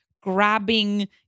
grabbing